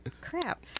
Crap